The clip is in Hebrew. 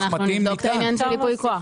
אז אנחנו נבדוק את העניין של ייפוי כוח.